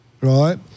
right